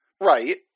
right